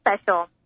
special